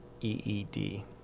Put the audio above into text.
EED